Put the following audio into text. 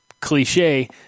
cliche